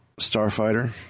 Starfighter